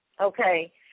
Okay